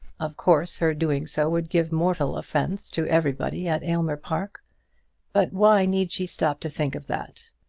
of course her doing so would give mortal offence to everybody at aylmer park but why need she stop to think of that?